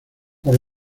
por